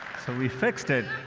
so, we fixed it